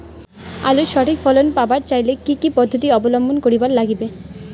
আলুর সঠিক ফলন পাবার চাইলে কি কি পদ্ধতি অবলম্বন করিবার লাগবে?